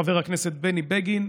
חבר הכנסת בני בגין: